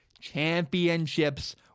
championships